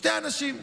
שני אנשים,